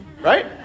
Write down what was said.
right